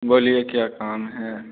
बोलिए क्या काम है